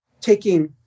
taking